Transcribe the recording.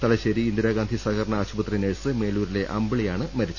തലശ്ശേരി ഇന്ദിരാഗാന്ധി സഹകരണ ആശുപത്രി നഴ്സ് മേലൂ രിലെ അമ്പിളിയാണ് മരിച്ചത്